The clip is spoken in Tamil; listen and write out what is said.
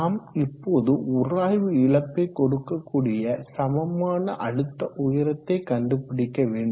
நாம் இப்போது உராய்வு இழப்பை கொடுக்கக் கூடிய சமமான அழுத்த உயரத்தை கண்டுபிடிக்க வேண்டும்